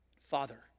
Father